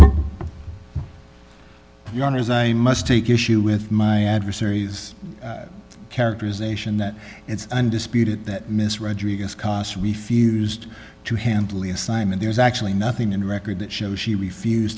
r the honors i must take issue with my adversaries characterization that it's undisputed that miss rodriguez kos refused to handle the assignment there's actually nothing in the record that shows she refused